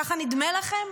ככה נדמה לכם?